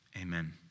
Amen